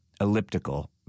elliptical